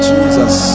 Jesus